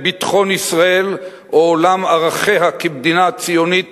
ביטחון ישראל או עולם ערכיה כמדינה ציונית,